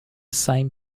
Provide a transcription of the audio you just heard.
same